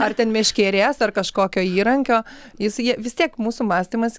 ar ten meškerės ar kažkokio įrankio jis jie vis tiek mūsų mąstymas